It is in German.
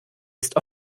ist